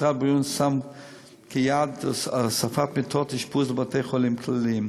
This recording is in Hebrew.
משרד הבריאות שם כיעד הוספת מיטות אשפוז לבתי-חולים כלליים.